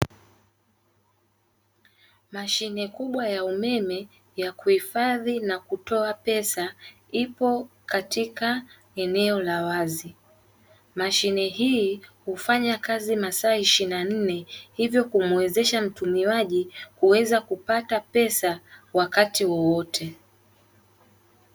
Mashine kubwa ya umeme ya kuhifadhi na kutoa pesa ipo katika eneo la wazi, mashine hii hufanya kazi masaa ishirini na nne hivyo kumuwezesha mtumiwaji kuweza kupata pesa wakati wowote.